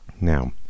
Now